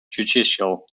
judicial